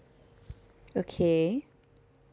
okay